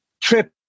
trip